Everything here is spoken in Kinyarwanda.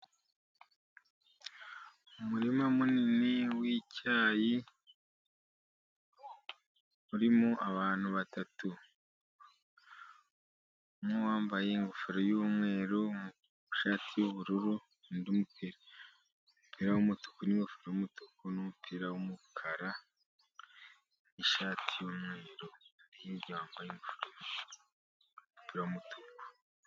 Umurima munini w'icyayi urimo abantu batatu umwe wambaye ingofero y'umweru, ishati y'ubururu, undi umupira w'umutuku, n'ingofero y'umutuku n'umupira w'umukara, ishati y'umweru, undi hirya wambaye umupira w'umutuku.